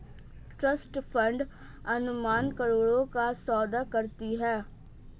trust funds अमूमन करोड़ों का सौदा करती हैं